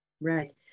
right